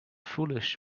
foolish